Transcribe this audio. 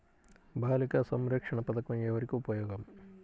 బాలిక సంరక్షణ పథకం ఎవరికి ఉపయోగము?